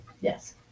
Yes